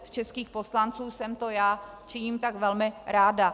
Z českých poslanců jsem to já, činím tak velmi ráda.